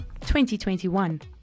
2021